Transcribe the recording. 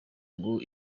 ngo